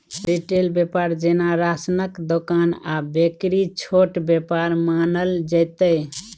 retail बेपार जेना राशनक दोकान आ बेकरी छोट बेपार मानल जेतै